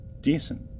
decent